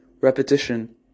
Repetition